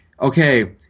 okay